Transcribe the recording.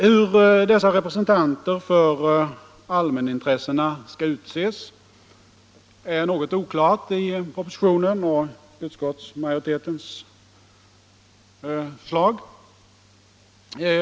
Hur dessa representanter för allmänintressena skall utses är något oklart i propositionen och i utskottsmajoritetens förslag.